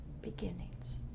beginnings